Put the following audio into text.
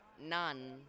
None